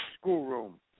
schoolroom